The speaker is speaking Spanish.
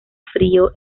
frío